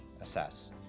assess